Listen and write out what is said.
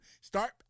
Start